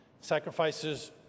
sacrifices